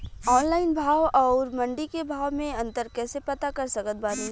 Online भाव आउर मंडी के भाव मे अंतर कैसे पता कर सकत बानी?